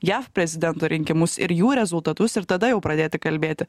jav prezidento rinkimus ir jų rezultatus ir tada jau pradėti kalbėti